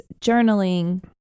journaling